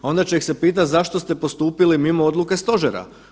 Onda će ih se pitati zašto ste postupili mimo odluke stožera.